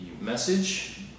message